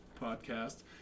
podcast